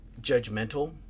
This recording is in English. judgmental